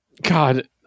God